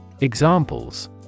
Examples